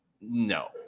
No